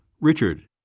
Richard